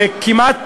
זה כמעט,